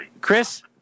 Chris